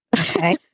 okay